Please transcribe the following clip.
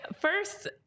first